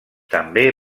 també